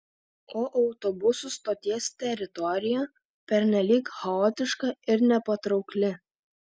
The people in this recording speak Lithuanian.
o autobusų stoties teritorija pernelyg chaotiška ir nepatraukli